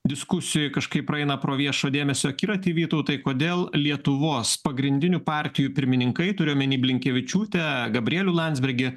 diskusijoj kažkaip praeina pro viešo dėmesio akiratį vytautai kodėl lietuvos pagrindinių partijų pirmininkai turiu omeny blinkevičiūtę gabrielių landsbergį